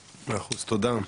תודה.